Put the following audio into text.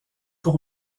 pour